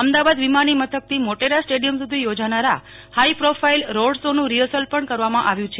અમદાવાદ વિમાની મથકથી મોટેરા સ્ટેડીયમ સુધી યોજાનારા હાઇ પ્રોફાઇલ રોડ શો નું રિહર્સલ પણ કરવામાં આવ્યું છે